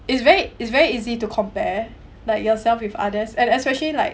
it's very it's very easy to compare like yourselves with others and especially like